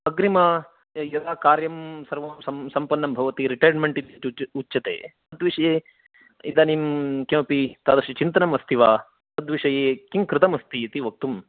अग्रिम यदा कार्यं सर्वं सं सम्पन्नं भवति यदा रिटैर्मेण्ट् इति उच्यते तद्विषये इदानीं किमपि तादृशचिन्तनम् अस्ति वा तद्विषये किं कृतमस्ति इति वक्तुं